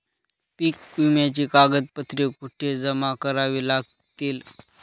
पीक विम्याची कागदपत्रे कुठे जमा करावी लागतील?